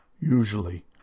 usually